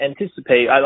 anticipate